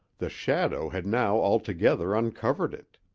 the shadow had now altogether uncovered it.